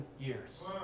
years